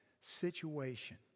situation